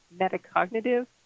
metacognitive